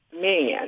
man